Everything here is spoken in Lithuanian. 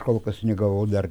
kol kas negavau dar